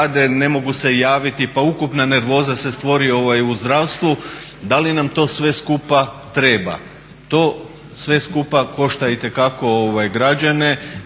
ne mogu se javiti, pa ukupna nervoza se stvori u zdravstvu. Dali nam sve to skupa treba? to sve skupa košta itekako građane